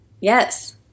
yes